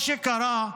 מה שקרה,